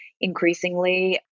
Increasingly